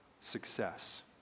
success